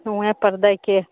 हूएँपर दैके हइ